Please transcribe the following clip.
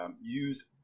use